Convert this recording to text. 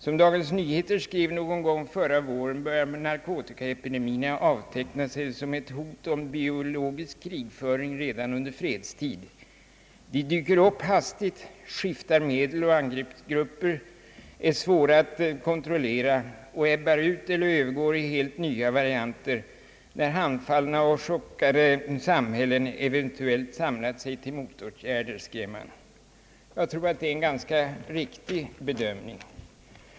Som Dagens Nyheter skrev någon gång förra våren, börjar narkotikaepidemierna avteckna sig som ett hot om biologisk krigföring redan under fredstid. De dyker upp hastigt, skiftar medel och angreppsgrupper, är svåra att kontrollera och ebbar ut eller övergår i helt nya varianter, när handfallna och chockade samhällen eventuellt samlat sig till motåtgärder, skrev tidningen. Jag tror att det är en ganska riktig bedömning.